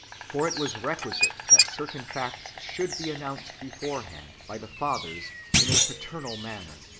for it was requisite that certain facts should be an nounced beforehand by the fathers in a paternal manner,